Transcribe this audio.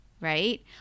right